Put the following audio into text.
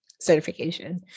certification